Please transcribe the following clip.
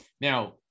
Now